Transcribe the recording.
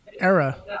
era